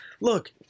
Look